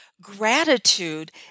Gratitude